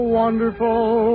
wonderful